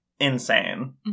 insane